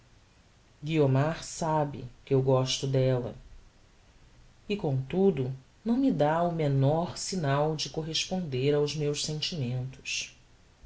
guiomar sabe que eu gósto della e comtudo não me dá o menor signal de corresponder aos meus sentimentos